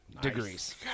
degrees